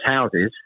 houses